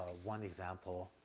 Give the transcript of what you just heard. ah one example,